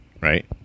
right